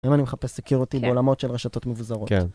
אם אני מחפש security בעולמות של רשתות מבוזרות.